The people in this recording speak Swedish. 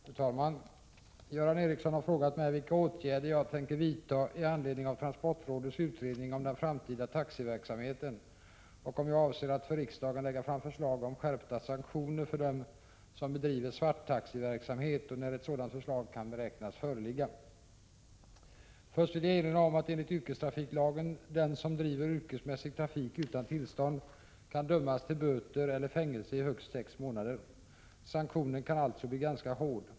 Fru talman! Göran Ericsson har frågat mig vilka åtgärder jag tänker vidta i anledning av transportrådets utredning om den framtida taxiverksamheten och om jag avser att för riksdagen lägga fram förslag om skärpta sanktioner för dem som bedriver svarttaxiverksamhet samt när ett sådant förslag kan beräknas föreligga. Först vill jag erinra om att enligt yrkestrafiklagen den som driver yrkesmässig trafik utan tillstånd kan dömas till böter eller fängelse i högst sex månader. Sanktionen kan alltså bli ganska hård.